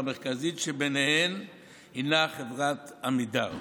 שהמרכזית בהן היא חברת עמידר.